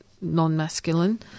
non-masculine